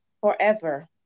forever